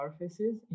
surfaces